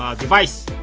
device.